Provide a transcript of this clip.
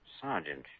Sergeant